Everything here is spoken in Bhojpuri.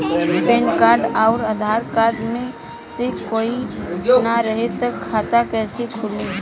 पैन कार्ड आउर आधार कार्ड मे से कोई ना रहे त खाता कैसे खुली?